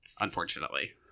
unfortunately